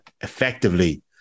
effectively